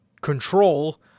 control